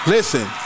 Listen